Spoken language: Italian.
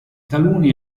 taluni